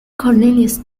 cornelius